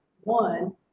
one